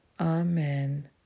Amen